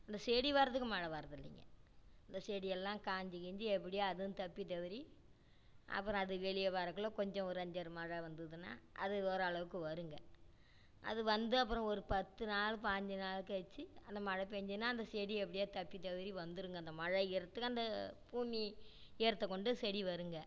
அந்த செடி வர்றத்துக்கு மழை வர்றது இல்லைங்க இந்த செடி எல்லாம் காய்ஞ்சு கீஞ்சு எப்படியோ அதுவும் தப்பி தவறி அப்புறம் அது வெளியே வர்றக்குள்ளே கொஞ்சம் ஒரு அஞ்சாறு மழை வந்துதுன்னால் அது ஒரு அளவுக்கு வருங்க அது வந்து அப்புறம் ஒரு பத்து நாள் பாஞ்சு நாள் கழிச்சு அந்த மழை பெய்ஞ்சுதுனால் அந்த செடி எப்படியோ தப்பி தவறி வந்துடுங்க அந்த மழை ஈரத்துக்கு அந்த பூமி ஈரத்தைக் கொண்டு செடி வருங்க